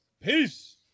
Peace